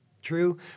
True